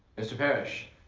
mr. parish,